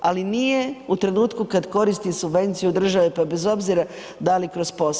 Ali, nije u trenutku kad koristi subvenciju države pa bez obzira da li kroz POS.